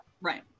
Right